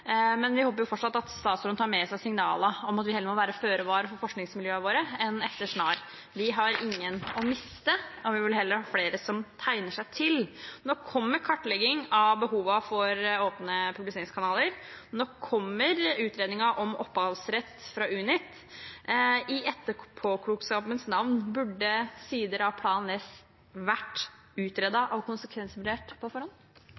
men vi håper fortsatt at statsråden tar med seg signalet om at vi heller må være føre var for forskningsmiljøene våre enn etter snar. Vi har ingen å miste, vi vil heller ha flere som tegner seg. Nå kommer kartleggingen av behovene for åpne publiseringskanaler og utredningen om opphavsrett fra Unit. I etterpåklokskapens navn: Burde sider av Plan S vært utredet og konsekvensvurdert på forhånd?